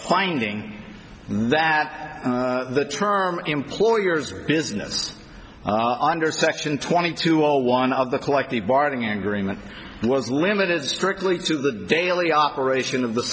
finding that the term employer's business i understand action twenty two or one of the collective bargaining agreement was limited strictly to the daily operation of the